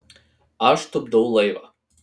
aš tupdau laivą